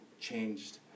changed